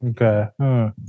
Okay